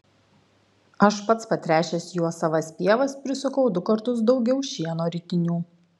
aš pats patręšęs juo savas pievas prisukau du kartus daugiau šieno ritinių